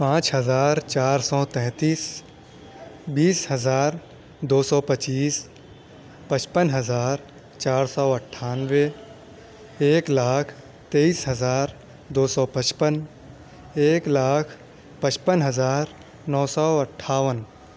پانچ ہزار چار سو تینتیس بیس ہزار دو سو پچیس پچپن ہزار چار سو اٹھانوے ایک لاکھ تئیس ہزار دو سو پچپن ایک لاکھ پچپن ہزار نو سو اٹھاون